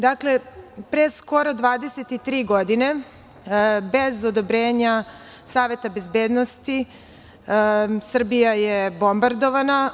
Dakle, pre skoro 23 godine, bez odobrenja Saveta bezbednosti Srbija je bombardovana.